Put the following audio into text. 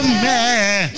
man